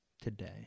today